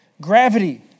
Gravity